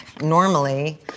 Normally